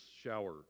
shower